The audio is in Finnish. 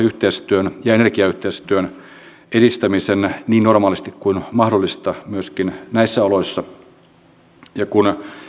yhteistyön ja energiayhteistyön edistämisen niin normaalisti kuin on mahdollista myöskin näissä oloissa kun